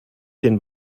den